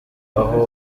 aho